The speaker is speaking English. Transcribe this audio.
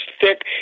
thick